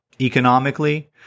Economically